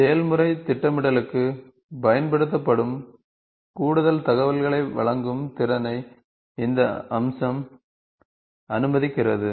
செயல்முறை திட்டமிடலுக்குப் பயன்படுத்தப்படும் கூடுதல் தகவல்களை வழங்கும் திறனை இந்த அம்சம் அனுமதிக்கிறது